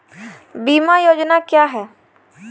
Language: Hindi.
बीमा योजना क्या है?